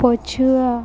ପଛୁଆ